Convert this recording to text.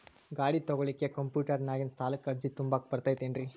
ಗಾಡಿ ತೊಗೋಳಿಕ್ಕೆ ಕಂಪ್ಯೂಟೆರ್ನ್ಯಾಗಿಂದ ಸಾಲಕ್ಕ್ ಅರ್ಜಿ ತುಂಬಾಕ ಬರತೈತೇನ್ರೇ?